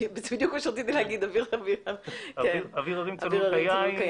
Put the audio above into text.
זה בדיוק מה שרציתי להגיד, אוויר הרים צלול כיין.